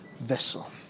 vessel